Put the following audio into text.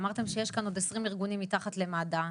אמרתם שיש כאן עוד 20 ארגונים תחת מד"א,